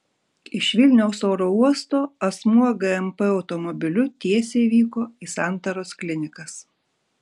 iš vilniaus oro uosto asmuo gmp automobiliu tiesiai vyko į santaros klinikas